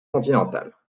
continentales